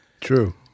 true